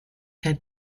head